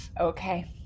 Okay